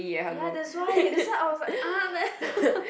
ya that why that why I was like ah then